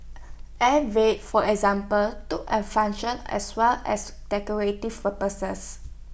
air Vents for example took on function as well as decorative purposes